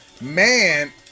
man